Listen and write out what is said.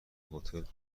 هتل